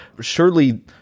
Surely